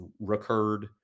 recurred